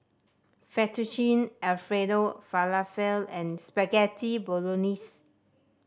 Fettuccine Alfredo Falafel and Spaghetti Bolognese